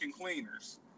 cleaners